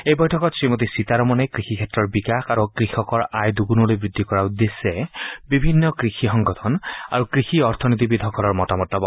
এই বৈঠকত শ্ৰীমতী সীতাৰমণে কৃষি ক্ষেত্ৰৰ বিকাশ আৰু কৃষকৰ আয় দুগুণলৈ বৃদ্ধি কৰাৰ উদ্দেশ্যে বিভিন্ন কৃষি সংগঠন আৰু কৃষি অৰ্থনীতিবিদসকলৰ মতামত ল'ব